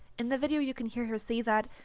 in the video you can hear her say that,